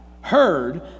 heard